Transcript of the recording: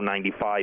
95